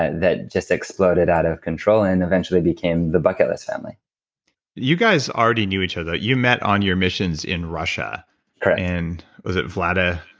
that just exploded out of control and eventually became the bucket list family you guys already knew each other. you met on your missions in russia correct was it vlada.